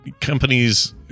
companies